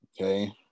okay